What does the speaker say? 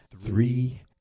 three